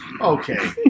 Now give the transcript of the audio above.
Okay